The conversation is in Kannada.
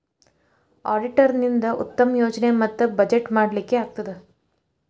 ಅಡಿಟರ್ ನಿಂದಾ ಉತ್ತಮ ಯೋಜನೆ ಮತ್ತ ಬಜೆಟ್ ಮಾಡ್ಲಿಕ್ಕೆ ಆಗ್ತದ